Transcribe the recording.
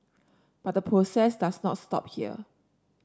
but the process does not stop here